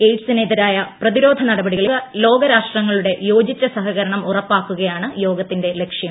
എയ്ഡ്സിനെതിരായ പ്രതിരോധ നടപടികളിൽ ലോകരാഷ്ട്രങ്ങളുടെ യോജിച്ച സഹകരണം ഉറപ്പാക്കുകയാണ് യോഗത്തിന്റെ ലക്ഷ്യം